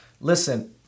Listen